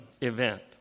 event